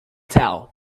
towel